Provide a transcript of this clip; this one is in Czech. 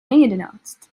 jedenáct